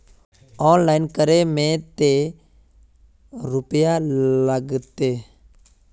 Online करे में ते रुपया लगते?